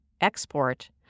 Export